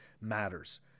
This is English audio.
matters